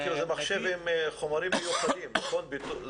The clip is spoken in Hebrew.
כאילו זה מחשב עם חומרים מיוחדים, נכון?